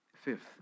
Fifth